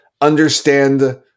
understand